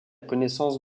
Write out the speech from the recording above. connaissance